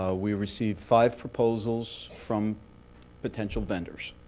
ah we received five proposals from potential vendors.